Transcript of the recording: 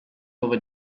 over